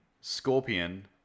Scorpion